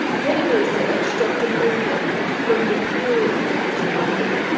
head of the research, dr phil bland from imperial college london,